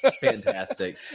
Fantastic